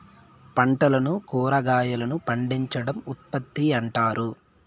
పంటలను కురాగాయలను పండించడం ఉత్పత్తి అంటారు